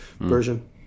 version